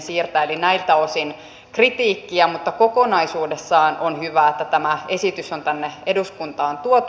eli näiltä osin on kritiikkiä mutta kokonaisuudessaan on hyvä että tämä esitys on tänne eduskuntaan tuotu